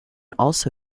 also